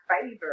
favor